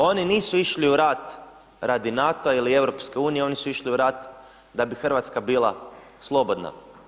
Oni nisu išli u rat radi NATO-a ili EU, oni su išli u rat da bi Hrvatska bila slobodna.